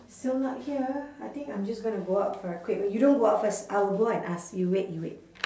still not here I think I'm just going to go out for a quick you don't go out first I'll go out and ask you wait you wait